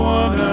one